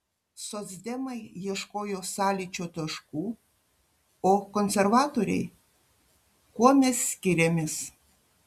socdemai ieškojo sąlyčio taškų o konservatoriai kuo mes skiriamės